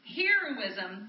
heroism